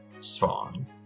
Spawn